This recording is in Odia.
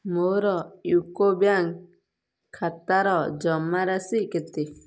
ମୋର ୟୁ କୋ ବ୍ୟାଙ୍କ ଖାତାର ଜମାରାଶି କେତେ